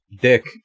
Dick